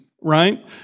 right